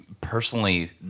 personally